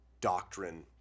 doctrine